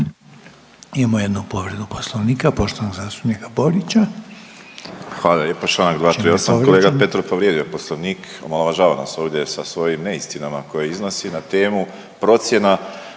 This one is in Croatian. Imamo jednu povredu Poslovnika, poštovanog zastupnika Borića. **Borić, Josip (HDZ)** Hvala lijepo. Čl. 238. Kolega Petrov, povrijedio je Poslovnik. Omalovažava nas ovdje sa svojim neistinama koje iznosi na temu procjena